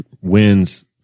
wins